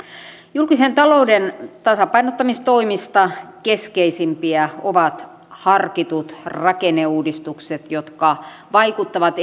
julkisen talouden tasapainottamistoimista keskeisimpiä ovat harkitut rakenneuudistukset jotka vaikuttavat